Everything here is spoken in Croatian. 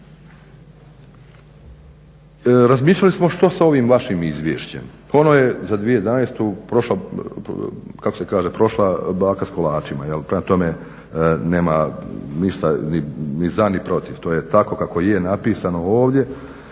Razmišljali smo što sa ovim vašim izvješćem, pa ono je za 2011. prošlo, kako se kaže: "Prošla baka s kolačima." , jel? Prema tome, nema ništa ni za ni protiv, to je tako kako je napisano ovdje